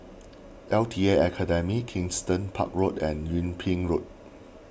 L T A Academy Kensington Park Road and Yung Ping Road